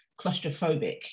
claustrophobic